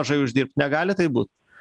mažai uždirbt negali taip būt